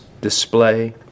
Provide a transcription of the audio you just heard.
display